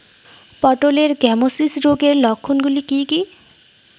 পটলের গ্যামোসিস রোগের লক্ষণগুলি কী কী?